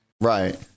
right